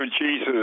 Jesus